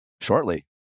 shortly